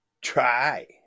Try